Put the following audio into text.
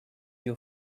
you